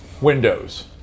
windows